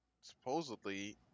Supposedly